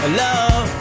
love